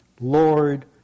Lord